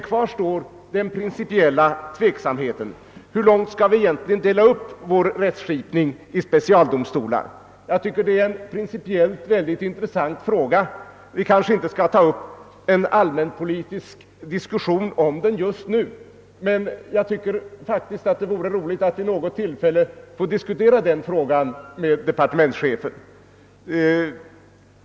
Kvar står dock den principiella tveksamheten. Hur långt skall vi egentligen dela upp vår rättsskipning i specialdomstolar? Det är en principiellt mycket intressant fråga. Jag skall kanske inte ta upp en allmänpolitisk diskussion om den just nu, men det vore faktiskt roligt att vid något tillfälle få diskutera den med departementschefen.